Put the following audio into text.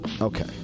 Okay